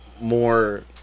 more